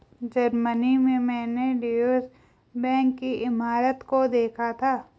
Germany में मैंने Deutsche bank की इमारत को देखा था